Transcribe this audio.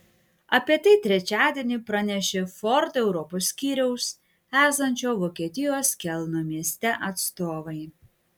apie tai trečiadienį pranešė ford europos skyriaus esančio vokietijos kelno mieste atstovai